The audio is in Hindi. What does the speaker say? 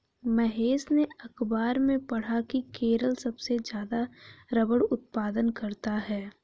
महेश ने अखबार में पढ़ा की केरल सबसे ज्यादा रबड़ उत्पादन करता है